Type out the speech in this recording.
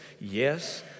Yes